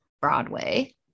Broadway